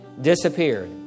disappeared